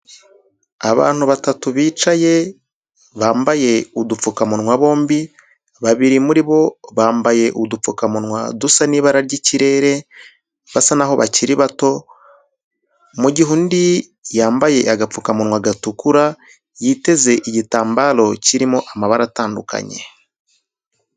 Abantu batatu bicaye bambaye udupfukamunwa bombi, babiri muri bo bambaye udupfukamunwa dusa n'ibara ry'ikirere, basa naho bakiri bato, mu gihe undi yambaye agapfukamunwa gatukura, yiteze igitambaro kirimo amabara atandukanye.